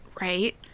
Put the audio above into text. right